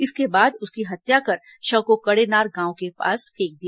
इसके बाद उसकी हत्या कर शव को कड़ेनार गांव के पास फेंक दिया